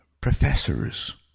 professors